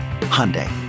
Hyundai